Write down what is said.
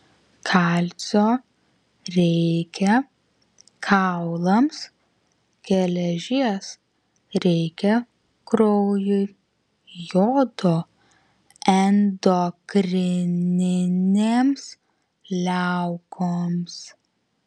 kalcio reikia kaulams geležies reikia kraujui jodo endokrininėms liaukoms